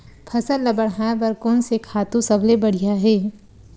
फसल ला बढ़ाए बर कोन से खातु सबले बढ़िया हे?